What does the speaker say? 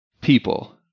people